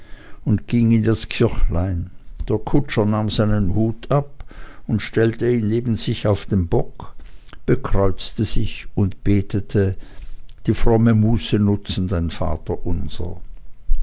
und ging in das kirchlein der kutscher nahm seinen hut ab stellte ihn neben sich auf den bock bekreuzte sich und betete die fromme muße benutzend ein vaterunser